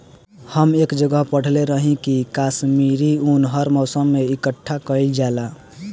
हम एक जगह पढ़ले रही की काश्मीरी उन हर मौसम में इकठ्ठा कइल जाला